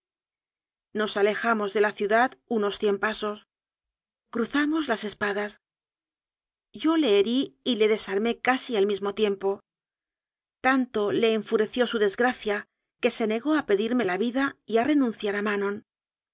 nos alejamos de la ciudad unos cien pasos cruzamos las espadas yo le herí y le desarmé casi al mismo tiempo tanto le enfureció su desgracia que se negó a pedirme la vida y a renunciar a manon